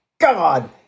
God